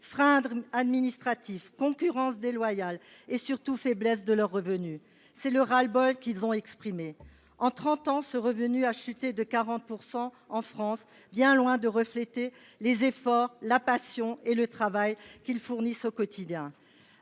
Freins administratifs, concurrence déloyale et surtout faiblesse de leurs revenus… Tel est le ras le bol qu’ils ont exprimé. En trente ans, ce revenu a chuté de 40 % en France, bien loin de refléter les efforts, la passion et le travail qu’ils fournissent au quotidien.